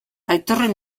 aitorren